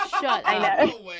Shut